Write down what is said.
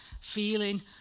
feeling